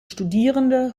studierende